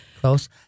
close